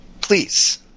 Please